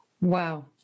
Wow